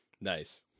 Nice